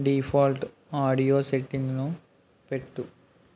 default audio సెట్టింగ్ను పెట్టు